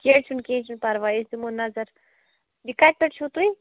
کیٚنہہ چھُنہٕ کیٚنہہ چھُنہٕ پرواے أسۍ دِمو نظر یہِ کَتہِ پٮ۪ٹھ چھُو تُہۍ